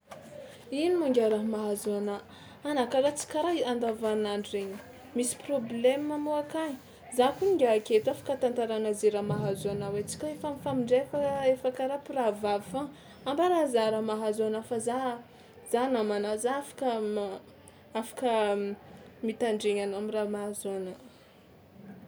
Ino moa ngiahy raha mahazo anà? Anà karaha tsy karaha andavanandro regny, misy problème moa akany? Za kony ngiahy aketo afaka tantarana zay raha mahazo anao antsika efa mifamindray fa efa karaha mpirahavavy foagna, ambarao za raha mahazo anao fa za za namanà, za afaka ma- afaka mitandregny anao am'raha mahazo anà.